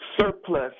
surplus